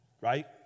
Right